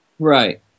Right